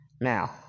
now